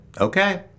Okay